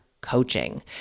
coaching